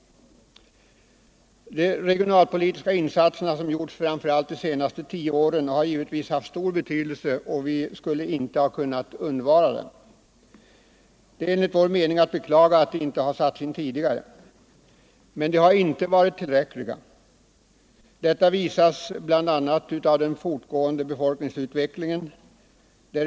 De regionalpolitiska insatser som gjorts under framför allt de senaste tio åren har givetvis haft stor betydelse. Vi skulle inte ha kunnat undvara dem. Enligt vår mening är det bara att beklaga att de inte sattes in tidigare. Men åtgärderna har inte varit tillräckliga. Detta framgår bl.a. av den fortgående befolkningsutvecklingen.